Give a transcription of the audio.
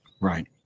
right